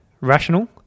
rational